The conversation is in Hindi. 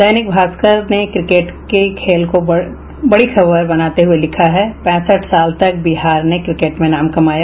दैनिक भास्कर ने क्रिकेट की खेल को बड़ी खबर बनाते हुए लिखा है पैंसठ साल तक बिहार ने क्रिकेट में नाम कमाया